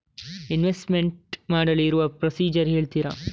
Investment ಮಾಡಲು ಇರುವ procedure ಹೇಳ್ತೀರಾ?